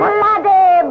bloody